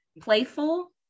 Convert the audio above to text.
playful